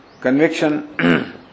conviction